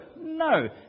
No